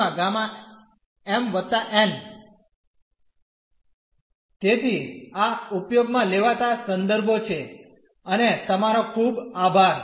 તેથી તેથી આ ઉપયોગમાં લેવાતા સંદર્ભો છે અને તમારો ખૂબ આભાર